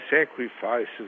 sacrifices